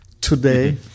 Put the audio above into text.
Today